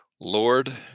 Lord